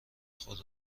خود